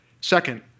Second